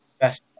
best